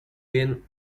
been